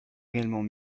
réellement